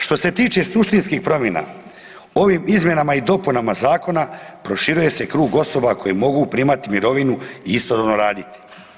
Što se tiče suštinskih promjena ovim izmjenama i dopunama zakona proširuje se krug osoba koje mogu primati mirovinu i istodobno raditi.